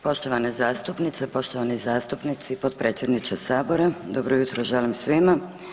Poštovane zastupnice, poštovani zastupnici, potpredsjedniče Sabora, dobro jutro želim svima.